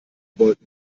wollten